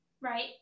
right